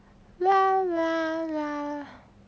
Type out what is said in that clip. lah lah lah